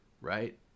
right